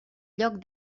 lloc